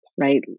right